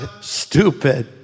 stupid